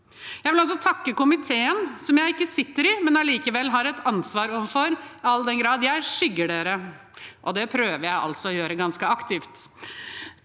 Jeg vil også takke komiteen, som jeg ikke sitter i, men som jeg likevel har et ansvar overfor all den tid jeg skygger den. Det prøver jeg å gjøre ganske aktivt.